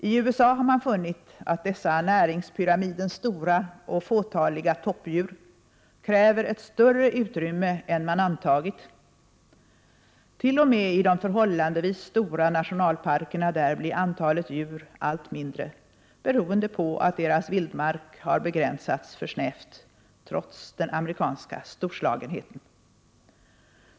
I USA har man funnit att dessa näringspyramidens stora och fåtaliga toppdjur kräver ett större utrymme än man antagit. T.o.m. i de förhållandevis stora nationalparkerna där blir antalet djur allt mindre beroende på att deras vildmark har begränsats för snävt, trots den amerikanska storslagenheten.